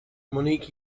monique